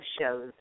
shows